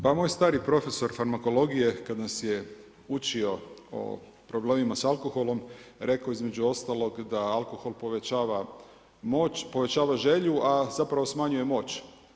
Pa moj stari profesor farmakologije, kada nas je učio o problemima sa alkoholom rekao i između ostalog da alkohol povećava moć, povećava želju, a zapravo smanjuje moć.